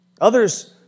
Others